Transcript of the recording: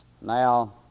Now